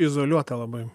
izoliuota labai